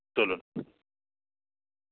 চলুন